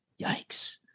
Yikes